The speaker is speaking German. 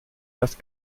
erst